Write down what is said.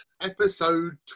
episode